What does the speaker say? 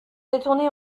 détournés